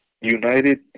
United